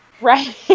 Right